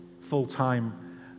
full-time